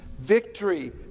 victory